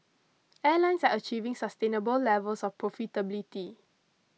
airlines are achieving sustainable levels of profitability